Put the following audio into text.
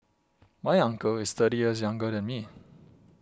my uncle is thirty years younger than me